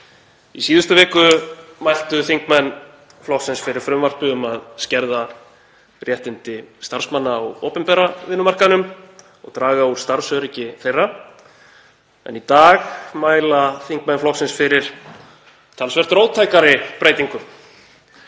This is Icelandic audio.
Í síðustu viku mæltu þingmenn flokksins fyrir frumvarpi um að skerða réttindi starfsmanna á opinbera vinnumarkaðnum og draga úr starfsöryggi þeirra en í dag mæla þingmenn flokksins fyrir talsvert róttækari breytingum.